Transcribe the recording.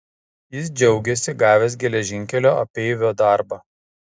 jis džiaugėsi gavęs geležinkelio apeivio darbą